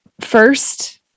first